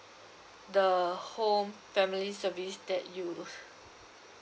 the home family service that you